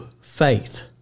faith